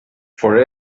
for